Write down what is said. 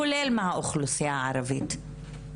כולל מהאוכלוסייה הערבית.